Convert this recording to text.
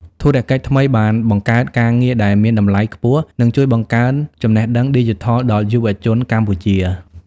ធុរកិច្ចថ្មីបានបង្កើតការងារដែលមានតម្លៃខ្ពស់ និងជួយបង្កើនចំណេះដឹងឌីជីថលដល់យុវជនកម្ពុជា។